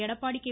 Edappadi K